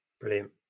brilliant